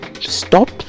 stop